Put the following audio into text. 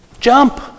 Jump